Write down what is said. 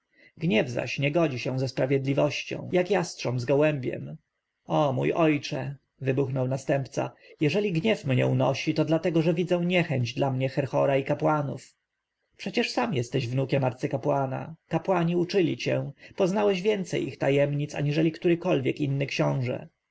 gniew zaś nie godzi się ze sprawiedliwością jak jastrząb z gołębiem o mój ojcze wybuchnął następca jeżeli gniew mnie unosi to dlatego że widzę niechęć dla mnie herhora i kapłanów przecież sam jesteś wnukiem arcykapłana kapłani uczyli cię poznałeś więcej ich tajemnic aniżeli którykolwiek inny książę